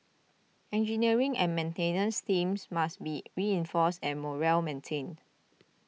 engineering and maintenance teams must be reinforced and morale maintained